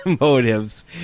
motives